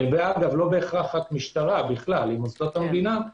זה לא רק המשטרה אלא בכלל, מוסדות המדינה,